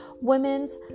women's